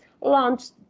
launched